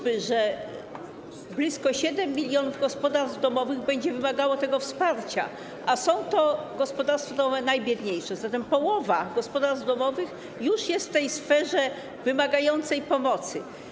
Blisko 7 mln gospodarstw domowych będzie wymagało tego wsparcia, a są to gospodarstwa domowe najbiedniejsze, zatem połowa gospodarstw domowych już jest w sferze wymagającej pomocy.